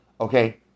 Okay